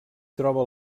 troba